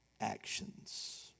actions